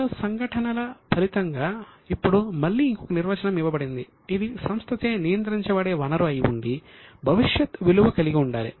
గత సంఘటనల ఫలితంగా ఇప్పుడు మళ్ళీ ఇంకొక నిర్వచనం ఇవ్వబడింది ఇది సంస్థచే నియంత్రించబడే వనరు అయి ఉండి భవిష్యత్ విలువ కలిగి ఉండాలి